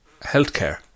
Healthcare